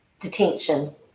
Detention